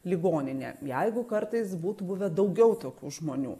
ligoninę jeigu kartais būtų buvę daugiau tokių žmonių